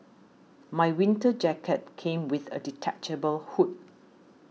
my winter jacket came with a detachable hood